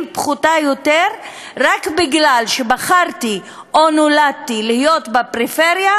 פחותה רק בגלל שבחרתי או נולדתי להיות בפריפריה